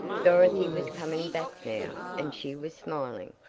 dorothy was coming back now, and she was smiling.